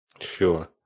Sure